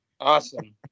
Awesome